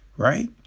Right